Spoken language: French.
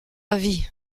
avis